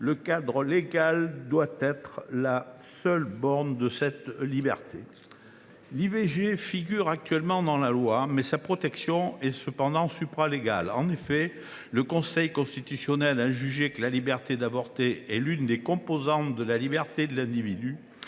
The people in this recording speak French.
Le cadre légal doit être la seule borne de cette liberté. Si l’IVG figure actuellement dans la loi, sa protection est supralégale. En effet, le Conseil constitutionnel a jugé que la liberté d’avorter était l’une des composantes de la liberté de l’individu,